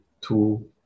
two